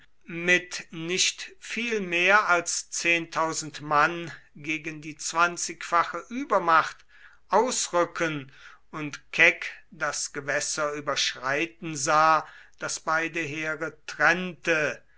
mit nicht viel mehr als mann gegen die zwanzigfache übermacht ausrücken und keck das gewässer überschreiten sah das beide heere trennte